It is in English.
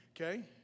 okay